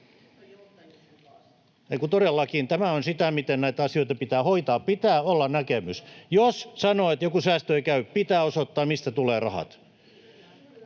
tämä on sitä, miten näitä asioita pitää hoitaa. Pitää olla näkemys. Jos sanoo, että joku säästö ei käy, pitää osoittaa, mistä rahat